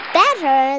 better